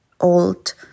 old